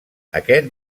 aquest